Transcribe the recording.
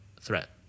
threat